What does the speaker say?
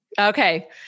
Okay